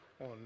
on